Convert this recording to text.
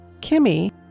Kimmy